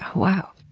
wow.